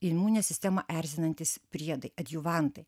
imuninę sistemą erzinantys priedai adjuvantai